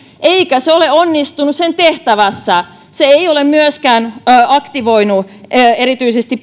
eikä se ole onnistunut sen tehtävässä se ei ole myöskään aktivoinut erityisesti